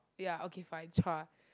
ya okay fine Chua